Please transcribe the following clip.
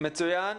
מצוין.